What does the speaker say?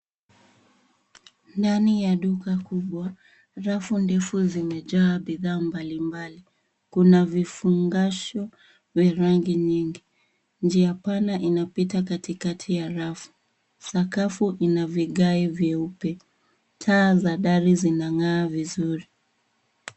Ndani ya duka kubwa rafu ndefu zimejaa bidhaa mbali mbali .Kuna vifungasho vya rangi nyingi. Njia pana inapita katikati ya rafu. Sakafu ina vigae vyeupe. Taa za dari zinangaa vizuri